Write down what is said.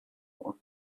one